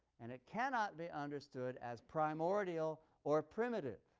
and it cannot be understood as primordial or primitive.